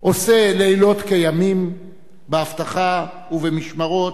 עושה לילות כימים באבטחה ובמשמרות,